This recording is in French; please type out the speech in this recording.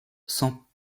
cent